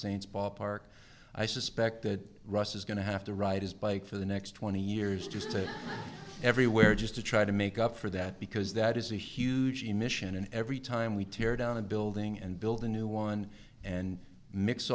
saints ballpark i suspect that russ is going to have to ride his bike for the next twenty years just to everywhere just to try to make up for that because that is a huge emission and every time we tear down a building and build a new one and mix